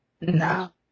No